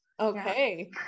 Okay